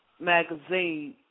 magazine